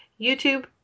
YouTube